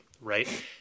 right